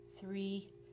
three